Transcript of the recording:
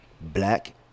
black